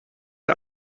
der